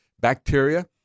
bacteria